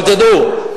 אבל תדעו,